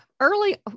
early